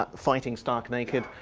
fighting stark naked.